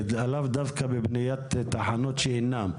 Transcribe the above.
אבל לאו דווקא בבניית תחנות שאינן.